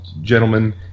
gentlemen